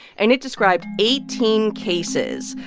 and it described eighteen cases,